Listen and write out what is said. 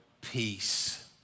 peace